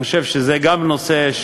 אני חושב שזה גם נושא,